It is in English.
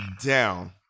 down